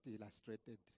illustrated